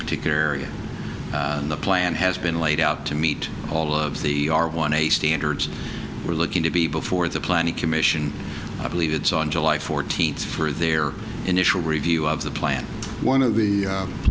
particular area the plan has been laid out to meet all of the one a standards we're looking to be before the plan the commission i believe it's on july fourteenth for their initial review of the plan one of the